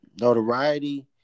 notoriety